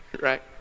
right